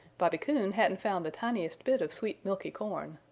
bobby coon hadn't found the tiniest bit of sweet milky corn.